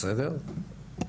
בסדר,